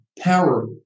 power